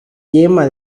yema